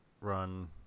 run